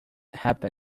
happen